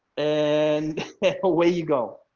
and away you go.